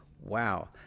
wow